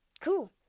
Cool